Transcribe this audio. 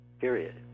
period